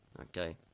Okay